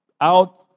Out